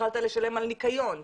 התחלת לשלם על ניקיון,